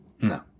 no